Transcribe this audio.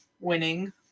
winning